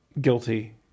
guilty